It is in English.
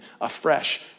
afresh